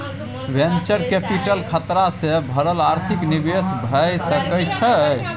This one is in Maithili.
वेन्चर कैपिटल खतरा सँ भरल आर्थिक निवेश भए सकइ छइ